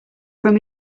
from